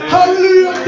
Hallelujah